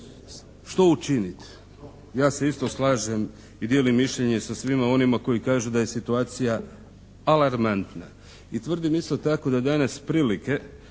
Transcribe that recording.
što učinit? Ja se isto slažem i dijelim mišljenje sa svima onima koji kažu da je situacija alarmantna i tvrdim isto tako da danas prilike